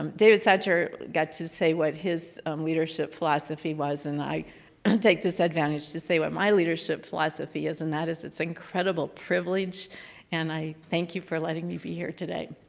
um david satcher got to say what his um leadership philosophy was and i take this advantage to say what my leadership philosophy is and that is it's an incredible privilege and i thank you for letting me be here today.